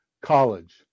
college